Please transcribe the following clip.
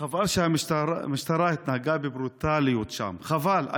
חבל שהמשטרה התנהגה בברוטליות שם, חבל.